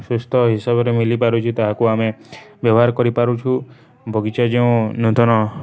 ସୁସ୍ଥ ହିସାବରେ ମିଲିପାରୁଛି ତାହାକୁ ଆମେ ବ୍ୟବହାର କରିପାରୁଛୁ ବଗିଚା ଯେଉଁ ନୂତନ